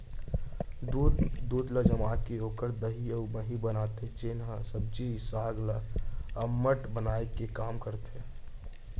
दूद ल जमाके ओकर दही अउ मही बनाथे जेन ह सब्जी साग ल अम्मठ बनाए के काम आथे